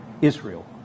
Israel